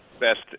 best